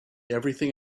everything